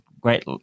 great